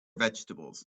vegetables